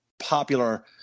popular